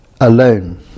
alone